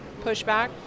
pushback